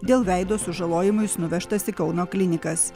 dėl veido sužalojimų jis nuvežtas į kauno klinikas